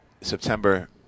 September